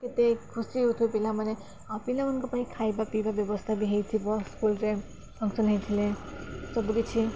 କେତେ ଖୁସି ହଉଥିବେ ପିଲାମାନେ ଆଉ ପିଲାମାନଙ୍କ ପାଇଁ ଖାଇବା ପିଇବା ବ୍ୟବସ୍ଥା ବି ହେଇଥିବ ସ୍କୁଲ୍ରେ ଫଙ୍କସନ୍ ହେଇଥିଲେ ସବୁକିଛି